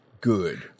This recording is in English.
Good